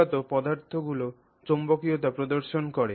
মূলত পদার্থগুলো চৌম্বকীয়তা প্রদর্শন করে